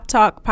Talk